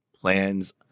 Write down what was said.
plans